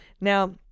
Now